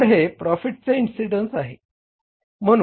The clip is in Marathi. तर हे प्रॉफीटचे इन्सिडेंन्स आहे